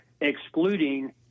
excluding